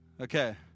Okay